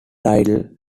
title